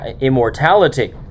immortality